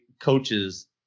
coaches